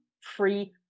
free